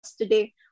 today